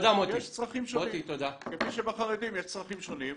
יש צרכים שונים כפי שבחרדים יש צרכים שונים.